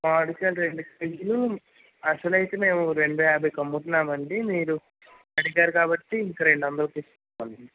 మామిడికాయలు రెండు కేజీలు అసలు అయితే మేము రెండు యాభైకి అమ్ముతున్నాము అండి మీరు అడిగారు కాబట్టి ఇంక రెండు వందలకి ఇస్తామండి